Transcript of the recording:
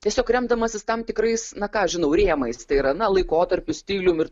tiesiog remdamasis tam tikrais na ką žinau rėmais tai yra na laikotarpiu stilium ir